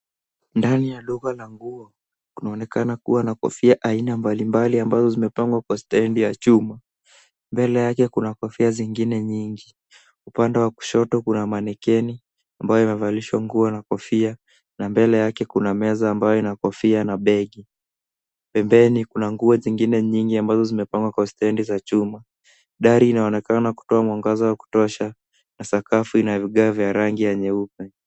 Ndani ya duka la nguo kunaonekana kuwa na kofia aina mbalimbali ambazo zimepangwa kwa stendi ya chuma. Mbele yake kuna kofia zingine nyingi. Upande wa kushoto kuna mannequins ambayo imevalishwa nguo na kofia, na mbele yake kuna meza ambayo ina kofia na begi. Pembeni kuna nguo zingine nyingi ambazo zimepangwa kwa stendi za chuma. Ndari inaonekana kutoa mwangaza wa kutosha na sakafu ina vigae vya rangi ya nyeupe.